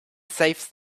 saves